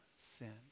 sin